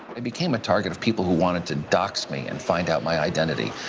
i became a target of people who wanted to dox me and find out my identity.